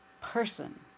person